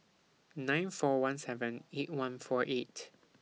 nine four one seven eight one four eight